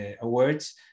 awards